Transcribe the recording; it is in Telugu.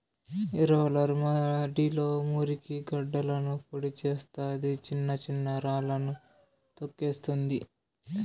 ఈ రోలర్ మడిలో మురికి గడ్డలను పొడి చేస్తాది, చిన్న చిన్న రాళ్ళను తోక్కేస్తుంది